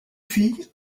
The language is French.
fille